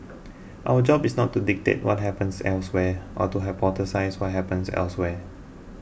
our job is not to dictate what happens elsewhere or to hypothesise what happens elsewhere